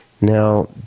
Now